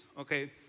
Okay